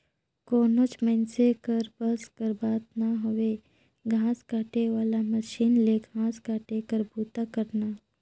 कोनोच मइनसे कर बस कर बात ना हवे घांस काटे वाला मसीन ले घांस काटे कर बूता करना